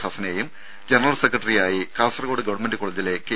ഹസ്സനെയും general സെക്രട്ടറിയായി Kasaragod government കോളജിലെ K